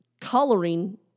coloring